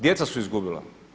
Djeca su izgubila.